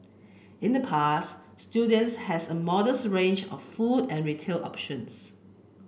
in the past students has a modest range of food and retail options